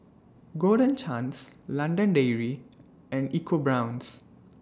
Golden Chance London Dairy and EcoBrown's